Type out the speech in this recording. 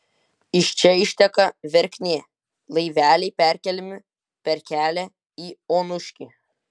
iš čia išteka verknė laiveliai perkeliami per kelią į onuškį